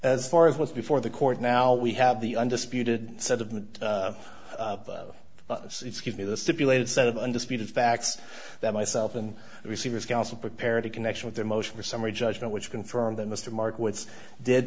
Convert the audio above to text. as far as what's before the court now we have the undisputed set of the excuse me the stipulated set of undisputed facts that myself and the receivers counsel prepared to connection with their motion for summary judgment which confirm that mr mark what's did